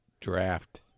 draft